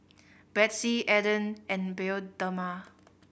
Betsy Aden and Bioderma